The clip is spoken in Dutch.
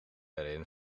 erin